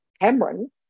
Cameron